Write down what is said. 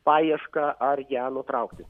paiešką ar ją nutraukti